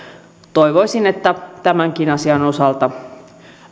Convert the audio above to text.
toivoisin että tämänkin asian osalta